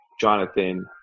Jonathan